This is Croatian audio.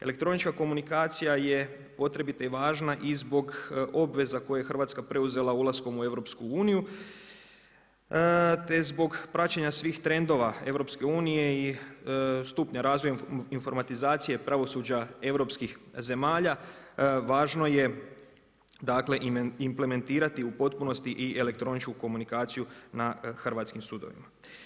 Elektronička komunikacija je potrebita i važna i zbog obveza koje je Hrvatska preuzela ulaskom u EU te zbog praćenja svih trendova EU-a i stupnja razvoja informatizacije pravosuđa europskih zemalja, važno je dakle implementirati u potpunosti i elektroničku komunikaciju na hrvatskim sudovima.